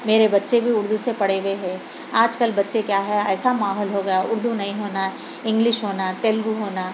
میرے بچے بھی اُردو سے پڑھے ہوئے ہیں آج کل بچے کیا ہے ایسا ماحول ہو گیا اُردو نہیں ہونا انگلش ہونا تیلگو ہونا